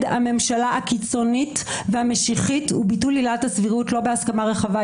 הממשלה הקיצונית והמשיחית וביטול עילת הסבירות שלא בהסכמה רחבה,